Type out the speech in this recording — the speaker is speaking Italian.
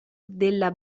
della